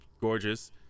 gorgeous